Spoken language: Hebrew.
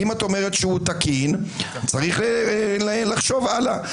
אם את אומרת שהוא תקין, צריך לחשוב הלאה.